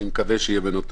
אני מקווה שתהיה ממנו תועלת.